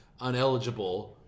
uneligible